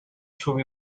should